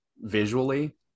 visually